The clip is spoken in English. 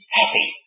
happy